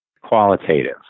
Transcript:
qualitative